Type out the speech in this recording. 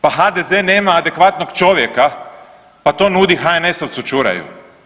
Pa HDZ nema adekvatnog čovjeka, pa to nudi HNS-ovcu Ćuraju.